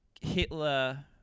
Hitler